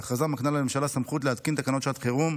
ההכרזה מקנה לממשלה סמכות להתקין תקנות שעת חירום,